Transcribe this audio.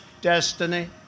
destiny